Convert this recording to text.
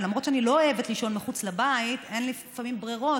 ולמרות שאני לא אוהבת לישון מחוץ לבית אין לי לפעמים ברירות,